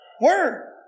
word